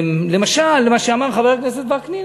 למשל, מה שאמר חבר הכנסת וקנין.